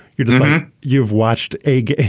you're just you've watched a game.